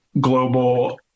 global